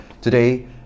Today